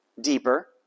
deeper